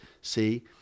See